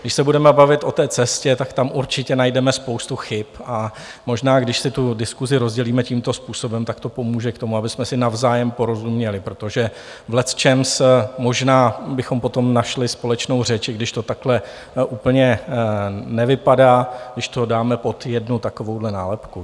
Když se budeme bavit o té cestě, tak tam určitě najdeme spoustu chyb a možná, když si tu diskusi rozdělíme tímto způsobem, tak to pomůže k tomu, abychom si navzájem porozuměli, protože v lecčems možná bychom potom našli společnou řeč, i když to takhle úplně nevypadá, když to dáme pod jednu takovouto nálepku.